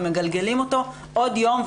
ומגלגלים אותו עוד יום,